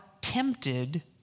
tempted